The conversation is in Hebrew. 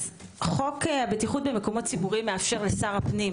חוק הבטיחות במקומות ציבוריים מאפשר לשר הפנים,